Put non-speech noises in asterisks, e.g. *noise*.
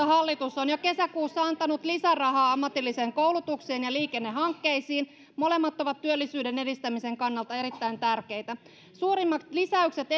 *unintelligible* hallitus on jo kesäkuussa antanut lisärahaa ammatilliseen koulutukseen ja liikennehankkeisiin molemmat ovat työllisyyden edistämisen kannalta erittäin tärkeitä suurimmat lisäykset *unintelligible*